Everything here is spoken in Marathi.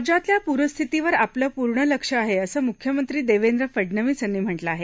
राज्यातल्या पूरस्थितीवर आपलं पूर्ण लक्ष आहे असं मुख्यमंत्री देवेंद्र फडनवीस यांनी म्हटलं आहे